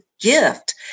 gift